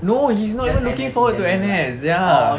no he's not even looking forward to N_S ya